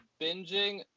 binging